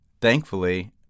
Thankfully